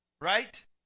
Right